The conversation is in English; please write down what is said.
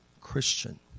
Christian